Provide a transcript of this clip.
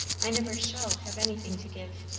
i never shall have anything to give.